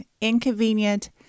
inconvenient